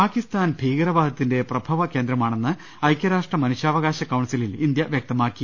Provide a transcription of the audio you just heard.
പാക്കിസ്ഥാൻ ഭീകരവാദത്തിന്റെ പ്രഭവകേന്ദ്രമാണെന്ന് ഐക്യരാഷ്ട്ര മനുഷ്യാവകാശ കൌൺസിലിൽ ഇന്ത്യ വ്യക്ത മാക്കി